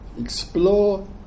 explore